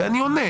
ואני עונה.